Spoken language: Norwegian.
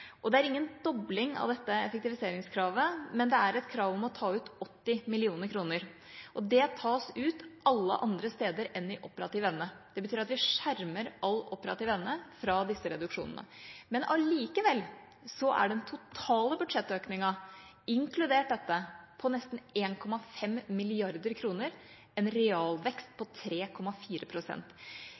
og langtidsplaner i mange år, bl.a. gjennom de åtte årene som Liv Signe Navarsete selv satt i regjering. Det er ingen dobling av dette effektiviseringskravet, men det er et krav om å ta ut 80 mill. kr. Det tas ut alle andre steder enn i operativ evne. Det betyr at vi skjermer all operativ evne fra disse reduksjonene. Allikevel er den totale budsjettøkninga, inkludert dette, på nesten